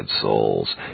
souls